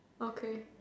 okay